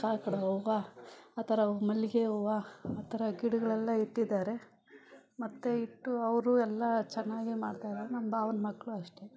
ಕಾಕಡ ಹೂವು ಆ ಥರ ಮಲ್ಲಿಗೆ ಹೂವು ಆ ಥರ ಗಿಡಗಳೆಲ್ಲ ಇಟ್ಟಿದ್ದಾರೆ ಮತ್ತೆ ಇಟ್ಟು ಅವರು ಎಲ್ಲ ಚೆನ್ನಾಗಿ ಮಾಡ್ತಾರೆ ನಮ್ಮ ಭಾವನ ಮಕ್ಕಳು ಅಷ್ಟೇ